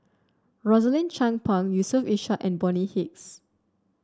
Rosaline Chan Pang Yusof Ishak and Bonny Hicks